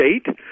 State